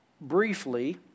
briefly